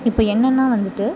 இப்போ என்னென்னால் வந்துட்டு